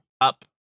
up